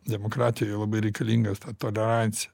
demokratijoj labai reikalingas ta tolerancija